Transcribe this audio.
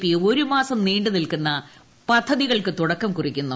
P ഒരുമാസം നീണ്ടുനിൽക്കുന്ന പദ്ധതികൾക്ക് തുടക്കം കുറിക്കുന്നു